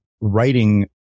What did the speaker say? writing